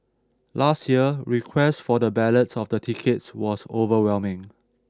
last year request for the ballots of the tickets was overwhelming